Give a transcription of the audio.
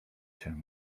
się